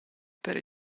per